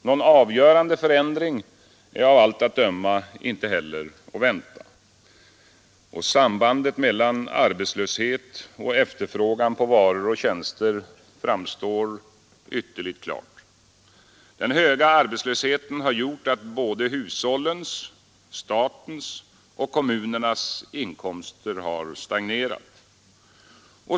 Någon avgörande förändring är av allt att döma inte heller att vänta. Sambandet mellan arbetslöshet och efterfrågan på varor och tjänster framstår ytterligt klart. Den höga arbetslösheten har gjort att såväl hushållens, statens som kommunernas inkomster har stagnerat.